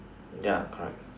ya correct